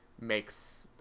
makes